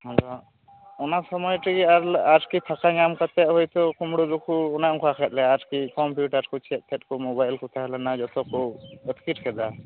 ᱟᱫᱚ ᱚᱱᱟ ᱥᱚᱢᱳᱭ ᱨᱮᱜᱮ ᱟᱨᱞᱮ ᱟᱨᱠᱤ ᱯᱷᱟᱸᱠᱟ ᱧᱟᱢ ᱠᱟᱛᱮᱫ ᱦᱳᱭᱛᱚ ᱠᱩᱢᱲᱩ ᱫᱚ ᱠᱚ ᱚᱱᱮ ᱚᱱᱠᱟᱠᱮᱫ ᱞᱮᱭᱟ ᱟᱨᱠᱤ ᱠᱚᱢᱯᱤᱭᱩᱴᱟᱨ ᱠᱚ ᱪᱮᱫ ᱛᱮᱫ ᱠᱚ ᱢᱳᱵᱟᱭᱤᱞ ᱠᱚ ᱛᱟᱦᱮᱸ ᱞᱮᱱᱟ ᱡᱚᱛᱚ ᱠᱚ ᱟᱹᱛᱠᱤᱨ ᱠᱮᱫᱟ